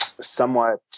Somewhat